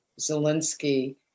Zelensky